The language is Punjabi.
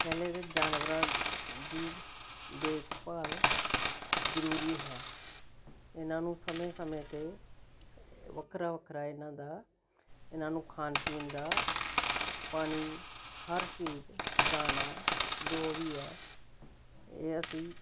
ਪਹਿਲਾਂ ਤਾਂ ਜਾਨਵਰਾਂ ਦੀ ਦੇਖ ਭਾਲ ਜ਼ਰੂਰੀ ਹੈ ਇਹਨਾਂ ਨੂੰ ਸਮੇਂ ਸਮੇਂ 'ਤੇ ਵੱਖਰਾ ਵੱਖਰਾ ਇਹਨਾਂ ਦਾ ਇਹਨਾਂ ਨੂੰ ਖਾਣ ਪੀਣ ਦਾ ਪਾਣੀ ਹਰ ਚੀਜ਼ ਦਾਣਾ ਜੋ ਵੀ ਹੈ ਇਹ ਅਸੀਂ